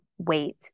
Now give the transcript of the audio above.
wait